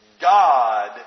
God